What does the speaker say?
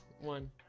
one